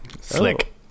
Slick